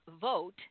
vote